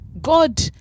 God